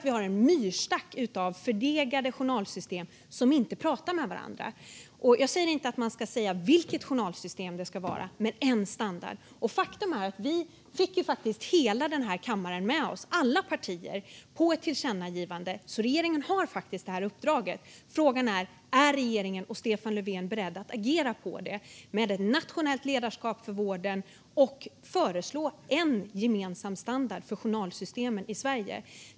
Vi har en myrstack av förlegade journalsystem som inte pratar med varandra. Jag säger inte att man ska bestämma vilket journalsystem vi ska ha, men det ska vara en standard. Faktum är att vi fick hela den här kammaren med oss, alla partier, på ett tillkännagivande. Regeringen har alltså fått detta uppdrag. Frågan är: Är regeringen och Stefan Löfven beredda att agera på detta, med ett nationellt ledarskap för vården, och föreslå en gemensam standard för journalsystemen i Sverige?